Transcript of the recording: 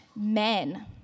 Men